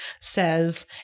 Says